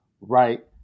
right